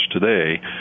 today